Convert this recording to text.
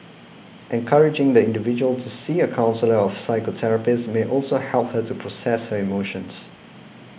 encouraging the individual to see a counsellor or psychotherapist may also help her to process her emotions